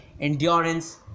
endurance